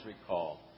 recall